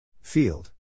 Field